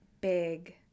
big